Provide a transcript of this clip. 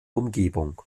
umgebung